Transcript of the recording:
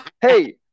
hey